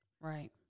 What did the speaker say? Right